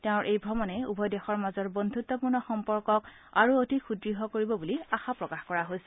তেওঁৰ এই ভ্ৰমণে উভয় দেশৰ মাজৰ বন্ধতপূৰ্ণ সম্পৰ্কক আৰু অধিক সৃদ্য় কৰিব বুলি আশা প্ৰকাশ কৰা হৈছে